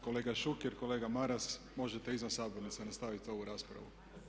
Kolega Šuker, kolega Maras možete izvan sabornice nastaviti ovu raspravu.